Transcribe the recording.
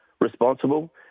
responsible